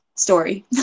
story